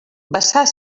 vessar